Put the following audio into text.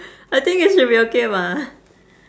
I think it should be okay bah